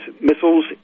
missiles